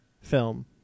film